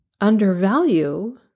undervalue